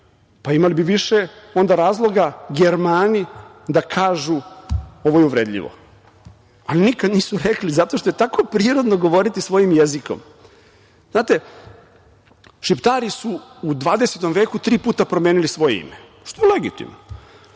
Pa imali bi više onda razloga Germani da kažu - ovo je uvredljivo, ali nikad nisu rekli zato što je tako prirodno govoriti svojim jezikom. Znate, Šiptari su u 20. veku tri puta promenili svoje ime što je legitimno.